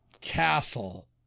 Castle